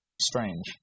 strange